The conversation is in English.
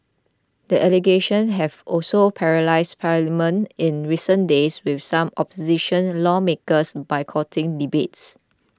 the allegations have also paralysed parliament in recent days with some opposition lawmakers boycotting debates